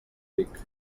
vic